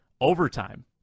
Overtime